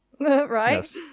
Right